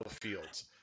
fields